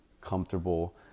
comfortable